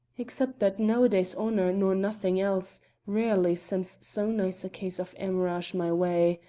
except that nowadays honour nor nothing else rarely sends so nice a case of hemorrhage my way.